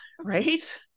Right